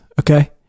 Okay